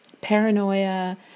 Paranoia